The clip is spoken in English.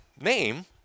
name